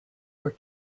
were